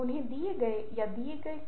क्या यह नाटकीय है